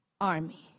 army